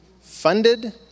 funded